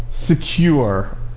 Secure